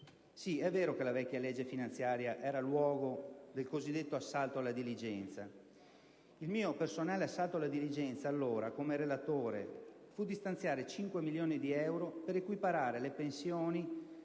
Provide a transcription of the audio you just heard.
Sì, è vero che la vecchia legge finanziaria era il luogo del cosiddetto assalto alla diligenza: il mio personale assalto alla diligenza, allora, come relatore, fu di stanziare 5 milioni di euro per equiparare le pensioni